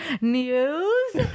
news